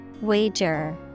Wager